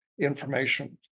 information